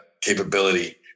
capability